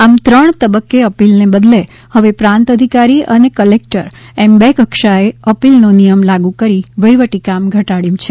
આમ ત્રણ તબક્કે અપિલને બદલે હવે પ્રાંત અધિકારી અને કલેકટર એમ બે કક્ષાએ અપીલનો નિયમ લાગુ કરી વહીવટી કામ ઘટાડયું છે